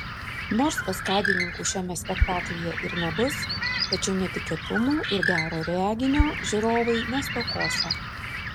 nors kaskadininkų šiame spektaklyje ir nebus tačiau netikėtumų ir gero reginio žiūrovai nestokosią